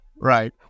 Right